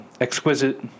exquisite